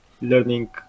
learning